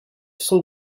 sont